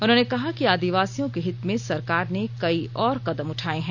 उन्होंने कहा कि आदिवासियों के हित में सरकार ने कई और कदम उठाए हैं